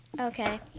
Okay